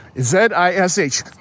Z-I-S-H